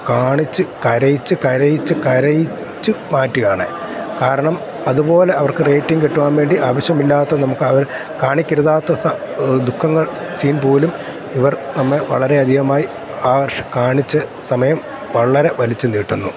കാണിച്ചു കരയിച്ചു കരയിച്ചു കരയിച്ചു മാറ്റുകാണ് കാരണം അതുപോലെ അവർക്ക് റേറ്റിങ്ങ് കിട്ടുവാൻ വേണ്ടി ആവശ്യമില്ലാത്ത നമുക്ക് അവർ കാണിക്കരുതാത്ത ദുഖങ്ങൾ സീൻ പോലും ഇവർ നമ്മെ വളരെ അധികമായി ആ കാണിച്ചു സമയം വളരെ വലിച്ചു നീട്ടുന്നു